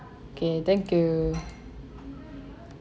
okay thank you